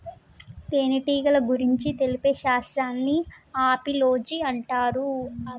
తేనెటీగల గురించి తెలిపే శాస్త్రాన్ని ఆపిలోజి అంటారు